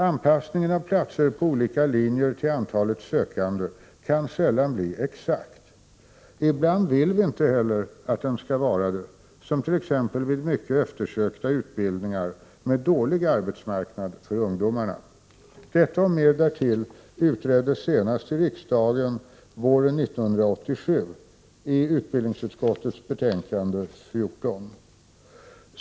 Anpassningen av platser på olika linjer till antalet sökande kan sällan bli exakt. Ibland vill vi inte heller att den skall vara det, som t.ex. vid vissa mycket eftersökta utbildningar med dålig arbetsmarknad för ungdomarna. Detta och mer därtill utreddes senast i riksdagen våren 1987 .